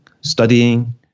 studying